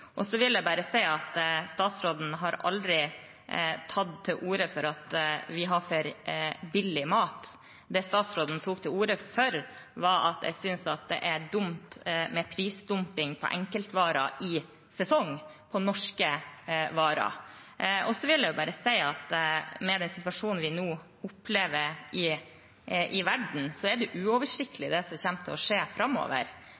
Så vil jeg bare si at statsråden har aldri tatt til orde for at vi har for billig mat. Det statsråden tok til orde for, var at det er dumt med prisdumping på enkeltvarer i sesong på norske varer. Med den situasjonen vi nå opplever i verden, er det uoversiktlig det som kommer til å skje framover, men det